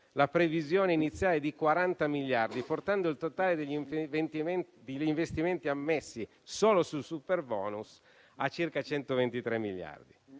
la previsione iniziale di 40 miliardi di euro, portando il totale degli investimenti ammessi, solo sul superbonus, a circa 123 miliardi